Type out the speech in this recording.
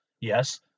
Yes